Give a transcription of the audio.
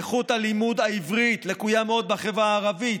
איכות לימוד העברית לקויה מאוד בחברה הערבית,